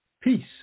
Peace